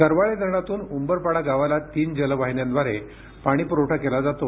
करवाळे धरणातुन उंबरपाडा गावाला तीन जल वाहिन्यांद्वारे पाणीपुरवठा केला जातो